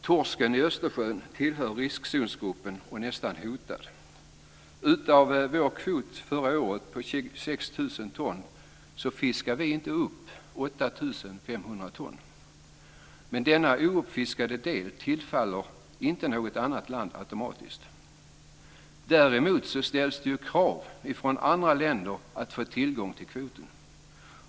Torsken i Östersjön tillhör riskzonsgruppen och är nästan hotad. Av vår kvot förra året på 26 000 ton fiskade vi inte upp 8 500 ton, men denna ouppfiskade del tillfaller inte något annat land automatiskt. Däremot ställs det krav från andra länder på att de ska få tillgång till kvoten.